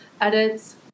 edits